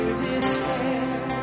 despair